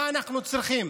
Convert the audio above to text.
מה אנחנו צריכים?